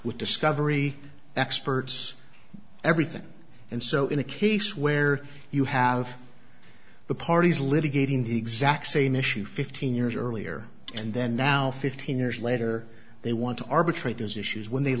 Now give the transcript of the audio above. with discovery experts everything and so in a case where you have the parties litigating the exact same issue fifteen years earlier and then now fifteen years later they want to arbitrate those issues when they